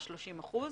30 אחוזים.